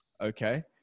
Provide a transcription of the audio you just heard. okay